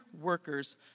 workers